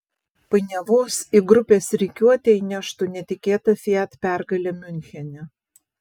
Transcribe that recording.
painiavos į grupės rikiuotę įneštų netikėta fiat pergalė miunchene